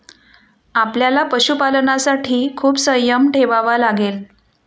आपल्याला पशुपालनासाठी खूप संयम ठेवावा लागेल